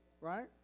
right